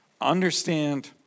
understand